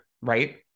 right